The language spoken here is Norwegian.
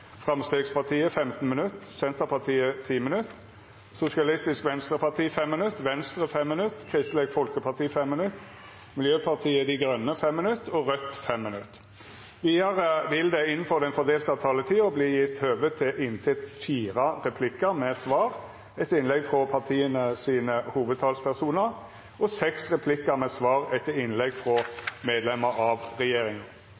Framstegspartiet 15 minutt, Senterpartiet 10 minutt, Sosialistisk Venstreparti 5 minutt, Venstre 5 minutt, Kristeleg Folkeparti 5 minutt, Miljøpartiet Dei Grøne 5 minutt og Raudt 5 minutt. Vidare vil det – innanfor den fordelte taletida – verta gjeve høve til replikkordskifte på inntil fire replikkar med svar etter innlegg frå partia sine hovudtalspersonar og seks replikkar med svar etter innlegg